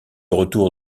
retour